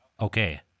okay